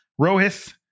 Rohith